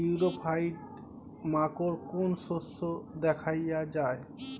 ইরিও ফাইট মাকোর কোন শস্য দেখাইয়া যায়?